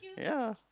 ya